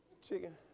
Chicken